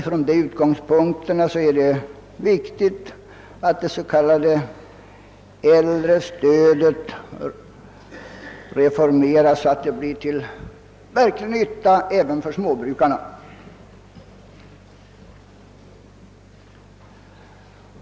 den utgångspunkten är det viktigt att det s.k. äldrestödet reformeras så, att det blir till verklig nytta även för småbrukarna.